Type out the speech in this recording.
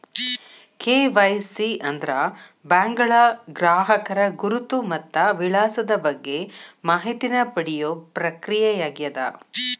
KYC ಅಂದ್ರ ಬ್ಯಾಂಕ್ಗಳ ಗ್ರಾಹಕರ ಗುರುತು ಮತ್ತ ವಿಳಾಸದ ಬಗ್ಗೆ ಮಾಹಿತಿನ ಪಡಿಯೋ ಪ್ರಕ್ರಿಯೆಯಾಗ್ಯದ